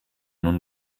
nun